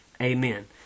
Amen